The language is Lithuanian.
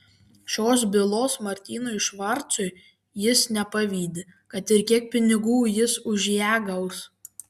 šios bylos martinui švarcui jis nepavydi kad ir kiek pinigų jis už ją gaus